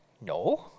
No